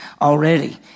already